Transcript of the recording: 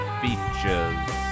features